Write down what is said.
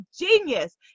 genius